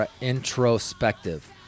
introspective